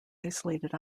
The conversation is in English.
isolated